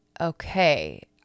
okay